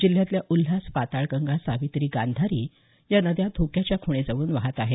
जिल्ह्यातल्या उल्हास पाताळगंगा सावित्री गांधारी या नद्या देखील धोक्याच्या खुणेजवळून वाहत आहेत